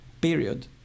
period